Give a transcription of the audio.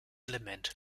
element